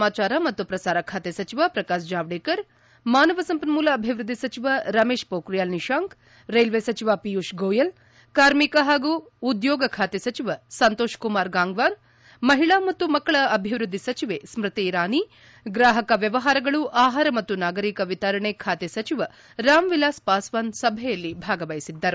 ಸಮಾಚಾರ ಮತ್ತು ಪ್ರಸಾರ ಖಾತೆ ಸಚಿವ ಪ್ರಕಾಶ್ ಜಾವಡೇಕರ್ ಮಾನವ ಸಂಪನ್ಮೂಲ ಅಭಿವೃದ್ದಿ ಸಚಿವ ರಮೇಶ್ ಪೊಕ್ರಿಯಾಲ್ ನಿತಾಂಕ್ ರೈಲ್ವೆ ಸಚಿವ ಪಿಯೂಷ್ ಗೊಯಲ್ ಕಾರ್ಮಿಕ ಮತ್ತು ಉದ್ಯೋಗ ಖಾತೆ ಸಚಿವ ಸಂತೋಷ್ ಕುಮಾರ್ ಗಾಂಗ್ವಾರ್ ಮಹಿಳಾ ಮತ್ತು ಮಕ್ಕಳ ಅಭಿವೃದ್ಧಿ ಸಚಿವೆ ಸ್ಮತಿ ಇರಾನಿ ಗ್ರಾಹಕ ವ್ಯವಹಾರಗಳು ಆಹಾರ ಮತ್ತು ನಾಗರಿಕ ವಿತರಣೆ ಖಾತೆ ಸಚಿವ ರಾಮ್ ವಿಲಾಸ್ ಪಾಸ್ವಾನ್ ಸಭೆಯಲ್ಲಿ ಭಾಗವಹಿಸಿದ್ದರು